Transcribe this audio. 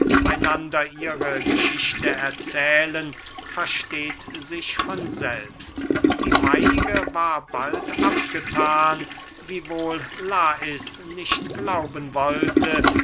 einander ihre geschichte erzählen versteht sich von selbst die meinige war bald abgethan wiewohl lais nicht glauben wollte